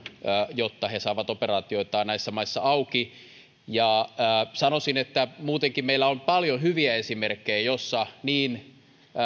jotta he saavat operaatioitaan näissä maissa auki sanoisin että muutenkin meillä on paljon hyviä esimerkkejä joissa niin